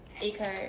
eco